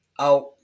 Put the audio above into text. out